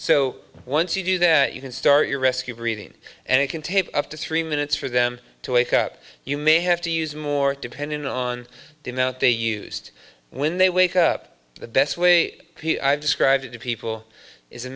so once you do that you can start your rescue breathing and it can take up to three minutes for them to wake up you may have to use more dependent on the amount they used when they wake up the best way i've described it to people is a